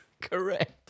correct